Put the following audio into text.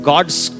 God's